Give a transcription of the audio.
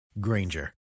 Granger